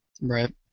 Right